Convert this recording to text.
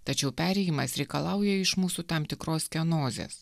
tačiau perėjimas reikalauja iš mūsų tam tikros kenozės